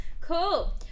Cool